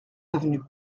avenue